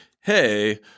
hey